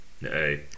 Hey